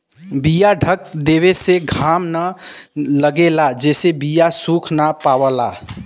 बीया ढक देवे से घाम न लगेला जेसे बीया सुख ना पावला